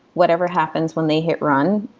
whatever happens when they hit run,